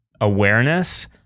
awareness